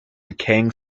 decaying